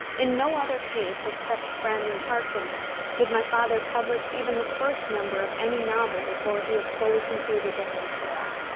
in no other case, except framley parsonage, did my father publish even the first number of any novel before he had fully completed the whole tale.